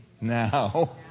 now